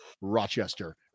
rochester